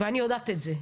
ואני יודעת את זה,